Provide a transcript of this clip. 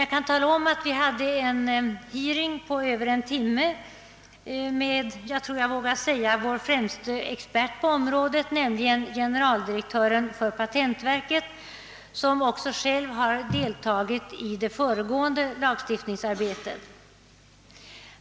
Jag kan tala om, att vi hade en hearing på över en timme med, jag tror jag vågar säga vår främste expert på området, nämligen generaldirektören för patentverket, som dessutom själv deltagit i det föregående lagstiftningsarbetet.